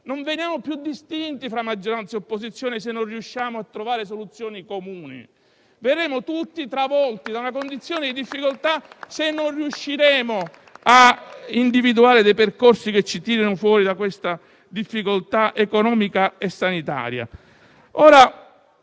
non veniamo più distinti fra maggioranza e opposizione, se non riusciamo a trovare soluzioni comuni. Verremo tutti travolti da una condizione di difficoltà, se non riusciremo a individuare dei percorsi che ci tirino fuori dalla difficoltà economica e sanitaria